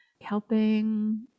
helping